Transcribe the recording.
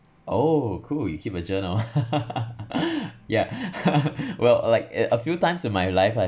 oh cool you keep a journal yeah well like it a few times in my life I